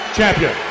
Champion